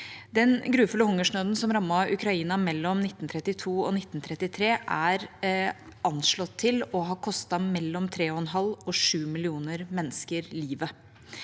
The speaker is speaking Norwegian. Den grufulle hungersnøden som rammet Ukraina mellom 1932 og 1933, er anslått til å ha kostet mellom 3,5 og 7 millioner mennesker livet.